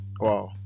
Wow